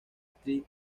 street